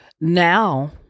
Now